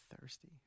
thirsty